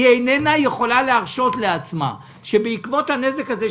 איננה יכולה להרשות לעצמה שבעקבות הנזק הזה,